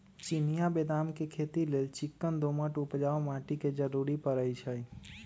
चिनियाँ बेदाम के खेती लेल चिक्कन दोमट उपजाऊ माटी के जरूरी पड़इ छइ